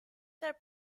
their